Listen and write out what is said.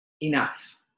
enough